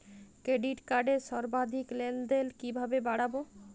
Credit কার্ডের সর্বাধিক লেনদেন কিভাবে বাড়াবো?